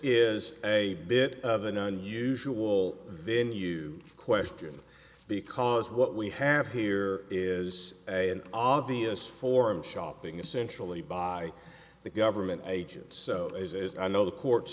is a bit of an unusual venue question because what we have here is a an obvious form shopping essentially by the government agent so i know the courts